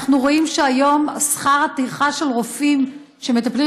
אנחנו רואים שהיום שכר הטרחה של רופאים שמטפלים